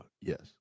Yes